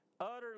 utterly